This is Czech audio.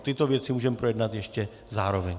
Tyto věci můžeme projednat ještě zároveň.